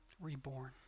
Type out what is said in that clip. reborn